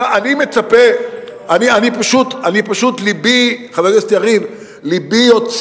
שמע, אני מצפה - לא עניין של חיסכון, עניין של